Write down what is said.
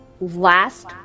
last